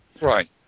Right